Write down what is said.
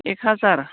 एक हाजार